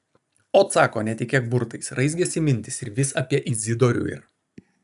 ot sako netikėk burtais raizgėsi mintys ir vis apie izidorių ir